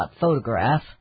photograph